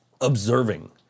observing